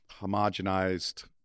homogenized